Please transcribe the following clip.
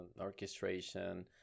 orchestration